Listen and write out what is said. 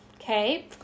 okay